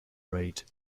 raid